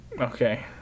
okay